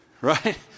Right